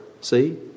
See